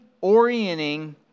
orienting